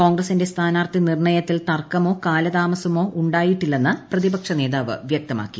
കോൺഗ്രസിന്റെ സ്ഥാനാർത്ഥി നിർണയത്തിൽ തർക്കമോ കാലതാമസമോ ഉണ്ടായിട്ടില്ലെന്ന് പ്രതിപക്ഷ നേതാവ് വ്യക്തമാക്കി